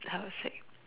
how to say